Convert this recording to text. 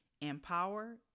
empower